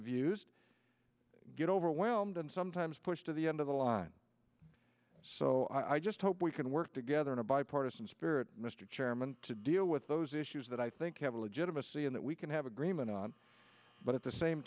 abused get overwhelmed and sometimes pushed to the end of the line so i just hope we can work together in a bipartisan spirit mr chairman to deal with those issues that i think have a legitimate seein that we can have agreement on but at the same